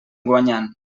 guanyant